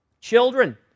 Children